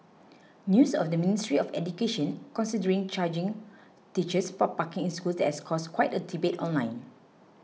news of the Ministry of Education considering charging teachers for parking in schools has caused quite a debate online